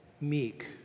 meek